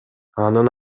анын